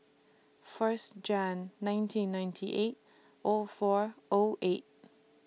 First Jan nineteen ninety eight O four O eight